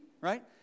right